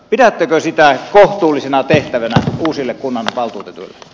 pidättekö sitä kohtuullisena tehtävänä uusille kunnanvaltuutetuille